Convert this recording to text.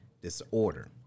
disorder